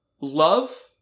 love